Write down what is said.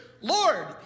Lord